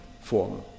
form